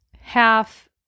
half